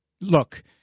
look